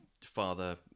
father